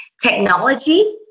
technology